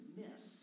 miss